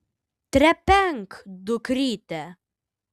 trepenk dukryte